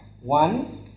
One